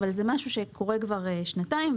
אבל זה דבר שקורה כבר שנתיים.